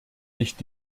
nicht